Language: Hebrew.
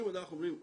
אם אנחנו אומרים,